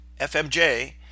FMJ